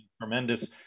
tremendous